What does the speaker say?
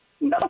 No